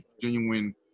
genuine